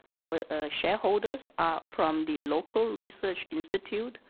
our shareholders, are from the local research institute,